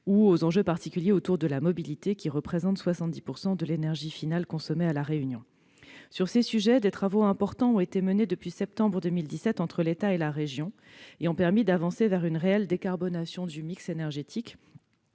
ou les enjeux particuliers autour de la mobilité, qui représente 70 % de l'énergie finale consommée à La Réunion. Sur ces sujets, les importants travaux menés depuis septembre 2017 entre l'État et la région ont permis d'avancer vers une réelle décarbonation du mix énergétique,